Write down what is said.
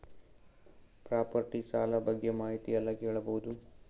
Property ಸಾಲ ಬಗ್ಗೆ ಮಾಹಿತಿ ಎಲ್ಲ ಕೇಳಬಹುದು?